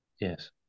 Yes